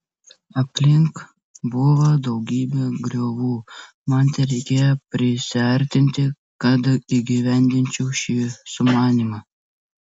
aplink buvo daugybė griovų man tereikėjo prisiartinti kad įgyvendinčiau šį sumanymą